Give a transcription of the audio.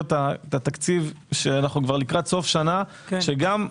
את התקציב כשאנו לקראת סוף שנה כבר.